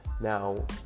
now